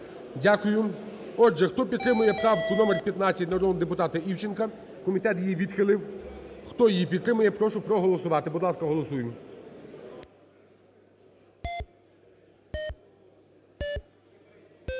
Дякую. Отже, хто підтримує правку номер 15 народного депутата Івченка, комітет її відхилив, хто її підтримує, прошу проголосувати. Будь ласка, голосуємо.